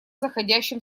заходящим